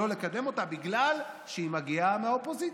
לא לקדם אותה בגלל שהיא מגיעה מהאופוזיציה.